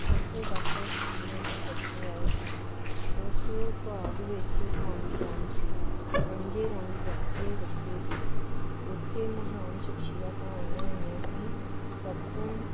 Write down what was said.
ਉੱਥੇ ਵੱਖ ਵੱਖ ਸਕੂਲਾਂ ਤੋਂ ਬੱਚੇ ਆਏ ਸੀ ਉਸ ਭਾਗ ਵਿੱਚ ਪੰਜ ਰਾਊਂਡ ਸੀ ਪੰਜੇ ਰਾਊਂਡ ਵੱਖਰੇ ਵੱਖਰੇ ਸੀ ਉੱਥੇ ਮਹਾਨ ਸ਼ਖਸੀਅਤਾਂ ਆਈਆਂ ਹੋਈਆਂ ਸੀ ਸਭ ਤੋਂ